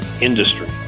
industry